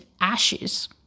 ashes